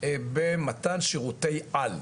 במתן שירותי על,